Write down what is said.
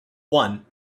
one